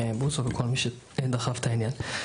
אוריאל בוסו וכל מי שדחף את העניין.